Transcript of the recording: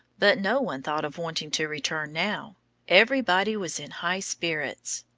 but no one thought of wanting to return now everybody was in high spirits.